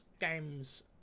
games